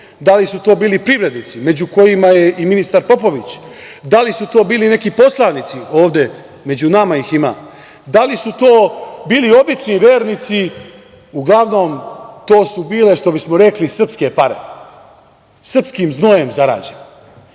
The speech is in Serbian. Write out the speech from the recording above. Da li su to bili privrednici, među kojima je i ministar Popović, da li su to bili neki poslanici, ovde među nama ih ima, da li to bili obični vernici. Uglavnom, to su bile, što bismo rekli, srpske pare srpskim znojem